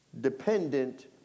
dependent